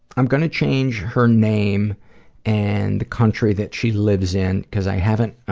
i'm gonna change her name and the country that she lives in cause i haven't